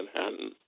Manhattan